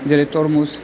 जेरै थरमुस